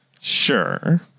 Sure